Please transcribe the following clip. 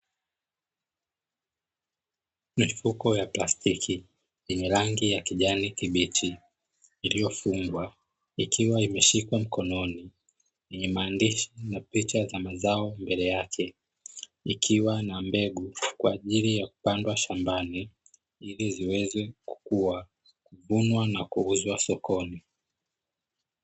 Mifuko ya plastiki yenye rangi ya kijani kibichi iliyofungwa, ikiwa imeshikwa mkononi yenye maandishi na picha za mazao ya mbele yake. Ikiwa na mbegu kwa ajili ya kupandwa shambani ili ziweze kukua, ili ziweze kuuzwa sokoni.